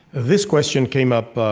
this question came up